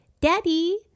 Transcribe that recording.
Daddy